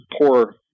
poor